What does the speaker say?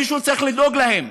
מישהו צריך לדאוג להם.